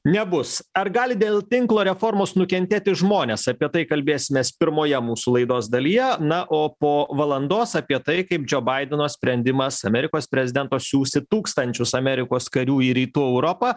nebus ar gali dėl tinklo reformos nukentėti žmonės apie tai kalbėsimės pirmoje mūsų laidos dalyje na o po valandos apie tai kaip džio baideno sprendimas amerikos prezidento siųsti tūkstančius amerikos karių į rytų europą